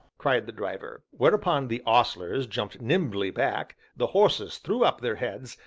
cried the driver. whereupon the ostlers jumped nimbly back, the horses threw up their heads,